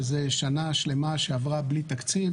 שזו שנה שלמה שעברה בלי תקציב,